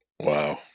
wow